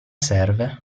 serve